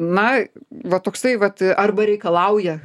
na va toksai vat arba reikalauja